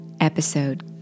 episode